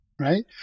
right